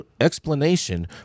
explanation